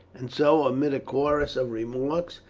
and so, amid a chorus of remarks,